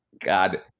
God